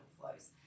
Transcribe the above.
flows